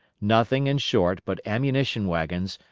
nothing, in short, but ammunition wagons,